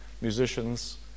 musicians